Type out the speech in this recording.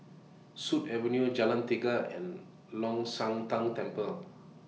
Sut Avenue Jalan Tiga and Long Shan Tang Temple